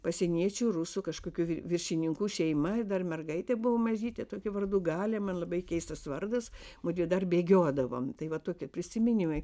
pasieniečių rusų kažkokių vi viršininkų šeima dar mergaitė buvo mažytė tokiu vardu galė man labai keistas vardas mudvi dar bėgiodavom tai va tokie prisiminimai